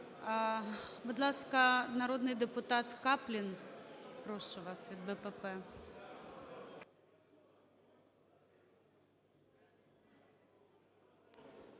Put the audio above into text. Будь ласка, народний депутата Каплін, прошу вас, від БПП.